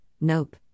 nope